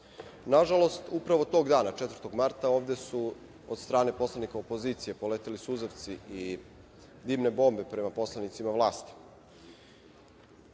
Nažalost, upravo tog dana 4. marta ovde su od strane poslanika opozicije poleteli suzavci i dimne bombe prema poslanicima vlasti.